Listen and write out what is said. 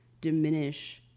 diminish